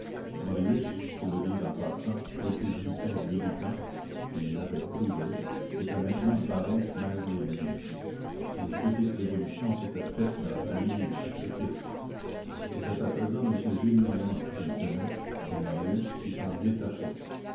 marius pour le dire en passant républicain militant et il l'avait prouvé était maintenant baron malgré lui une petite révolution s'était faite dans la famille sur ce titre c'était à présent m gillenormand qui y tenait et marius qui s'en détachait